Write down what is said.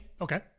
okay